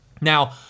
Now